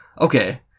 Okay